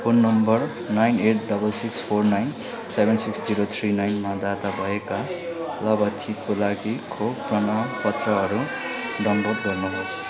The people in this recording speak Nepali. phone number nine eight double six four nine seven six zero three नाइनमा दर्ता भएका लाभार्थीको लागि खोप प्रमाणपत्रहरू डाउनलोड गर्नुहोस्